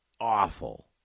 awful